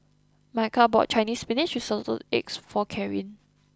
Micah bought Chinese Spinach with Assorted Eggs for Karin